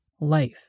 life